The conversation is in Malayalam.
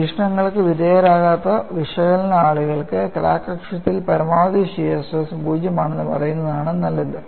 പരീക്ഷണങ്ങൾക്ക് വിധേയരാകാത്ത വിശകലന ആളുകൾക്ക് ക്രാക്ക് അക്ഷത്തിൽ പരമാവധി ഷിയർ സ്ട്രെസ് 0 ആണെന്ന് പറയുന്നതാണ് നല്ലത്